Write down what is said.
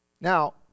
Now